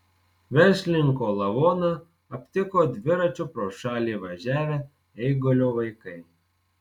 verslininko lavoną aptiko dviračiu pro šalį važiavę eigulio vaikai